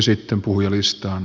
sitten puhujalistaan